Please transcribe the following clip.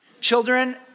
Children